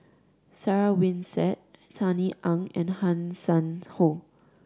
Sarah Winstedt Sunny Ang and Hanson Ho